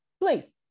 Please